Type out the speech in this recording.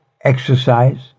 exercise